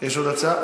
יש עוד הצעה?